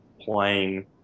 playing